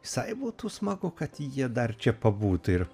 visai būtų smagu kad jie dar čia pabūtų ir